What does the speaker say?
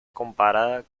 comparada